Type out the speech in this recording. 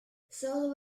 solo